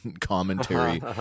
commentary